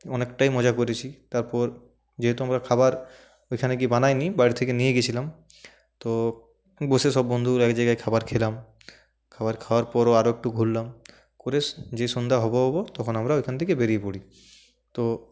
অনেকটাই মজা করেছি তারপর যেহেতু আমরা খাবার ওইখানে গিয়ে বানাইনি বাড়ি থেকে নিয়ে গেছিলাম তো বসে সব বন্ধুরা এক জায়গায় খাবার খেলাম খাবার খাওয়ার পরও আরেকটু ঘুরলাম ঘুরে যেই সন্ধ্যা হবো হবো তখন আমার ওখান থেকে বেরিয়ে পড়ি তো